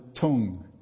tongue